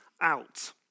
out